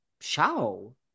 show